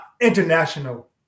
international